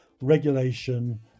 Regulation